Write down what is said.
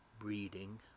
breeding